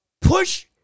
push